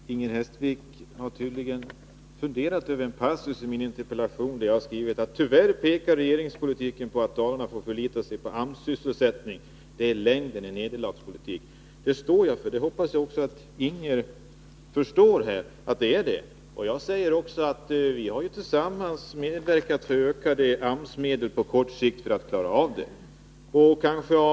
Herr talman! Inger Hestvik har tydligen funderat över en passus i min interpellation, där jag har skrivit: ”Tyvärr pekar regeringspolitiken på att Dalarna får förlita sig på AMS-sysselsättning. Det är i längden en nederlagspolitik.” Det står jag för, och jag hoppas att Inger Hestvik också förstår att det är så. Jag säger också att vi ju tillsammans har medverkat till ökade AMS-medel på kort sikt för att klara av situationen.